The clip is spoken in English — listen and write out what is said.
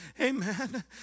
amen